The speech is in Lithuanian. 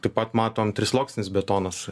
taip pat matom trisluoksnis betonas